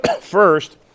First